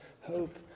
hope